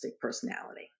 personality